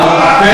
להחמיא לך,